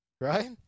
right